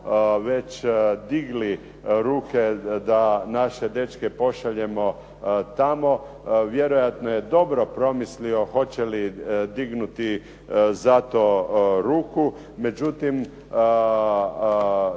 već digli ruke da naše dečke pošaljemo tamo, vjerojatno je dobro promislio hoće li dignuti za to ruku, međutim,